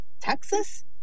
Texas